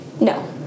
No